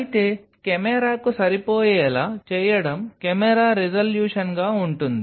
అయితే కెమెరాకు సరిపోయేలా చేయడం కెమెరా రిజల్యూషన్గా ఉంటుంది